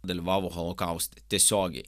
dalyvavo holokauste tiesiogiai